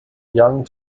young